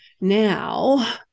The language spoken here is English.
Now